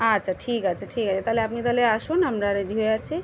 আচ্ছা ঠিক আছে ঠিক আছে তাহলে আপনি তাহলে আসুন আমরা রেডি হয়ে আছি